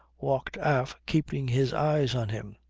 walked aft keeping his eyes on him.